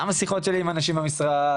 גם השיחות שלי עם אנשים במשרד,